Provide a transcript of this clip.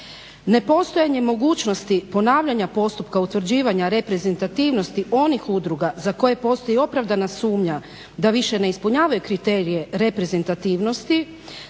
Nepostojanje mogućnosti ponavljanja postupka utvrđivanja reprezentativnosti onih udruga za koje postoji opravdana sumnja da više ne ispunjavaju kriterije reprezentativnosti